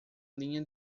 linha